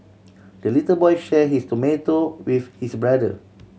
the little boy share his tomato with his brother